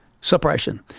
suppression